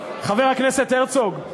חבר הכנסת הרצוג,